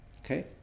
okay